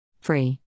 Free